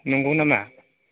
नंगौ नामा